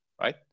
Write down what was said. right